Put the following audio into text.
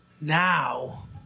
Now